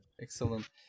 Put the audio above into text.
excellent